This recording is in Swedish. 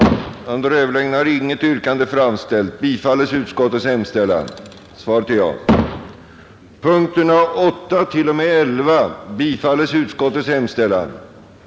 tilläggsdirektiv för pensionsålderskommittén i enlighet med vad reservanterna anfört samt om åläggande för kommittén att behandla frågan om sänkning av pensionsåldern med förtur,